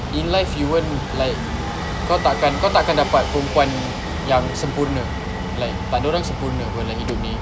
in life you weren't like kau tak kan kau tak kan dapat perempuan yang sempurna like tak ada orang sempurna [pe] dalam hidup ni